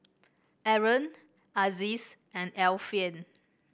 Aaron Aziz and Alfian